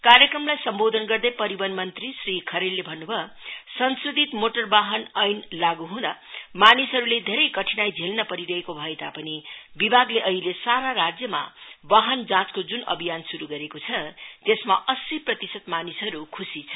क्रयाक्रमलाई सम्बोधन गर्दै परिवहन मंत्री श्री खरेलले भन्नुभयो संशोधित मोटर वाहन ऐन लागु ह्दो मानिसहरुले धेरै कठिनाई झेल्नु परिरहेको भएतापनि विभागले अहिले जाँचको ज्न अभियान श्रु गरेको छत्यसमा अस्सी प्रतिशत मानिसहरु ख्शी छन्